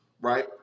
right